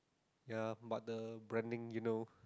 ya but the branding you know